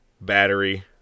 battery